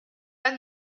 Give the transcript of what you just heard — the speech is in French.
pas